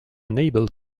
unable